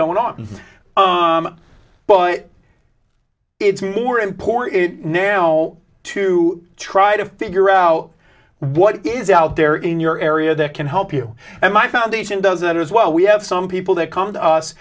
going on but it's more important now to try to figure out what is out there in your area that can help you and my foundation does that as well we have some people that come to us